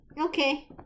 Okay